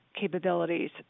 capabilities